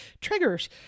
triggers